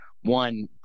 one